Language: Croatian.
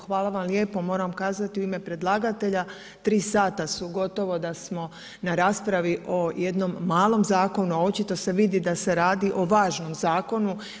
Hvala lijepo, moram kazati u ime predlagatelja, 3 sata su gotovo da smo na raspravi o jednom malom zakonu, a očito se vidi da se radi o važnom zakonu.